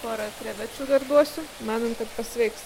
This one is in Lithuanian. pora krevečių dar duosiu manom kad pasveiks